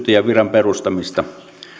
perustamista